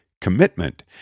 commitment